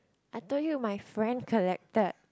I told you my friend collected